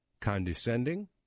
condescending